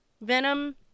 Venom